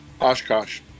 Oshkosh